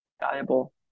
valuable